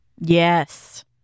Yes